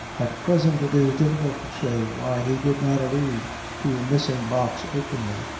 at present it is difficult to say why he did not allude to the missing box openly,